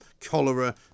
cholera